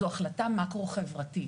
זו החלטה מקרו-חברתית.